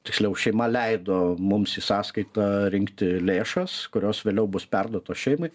tiksliau šeima leido mums į sąskaitą rinkti lėšas kurios vėliau bus perduotos šeimai